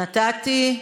נתתי,